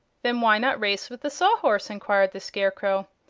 then why not race with the sawhorse? enquired the scarecrow.